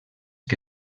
que